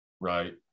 right